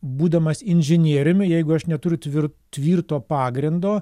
būdamas inžinieriumi jeigu aš neturiu tvir tvirto pagrindo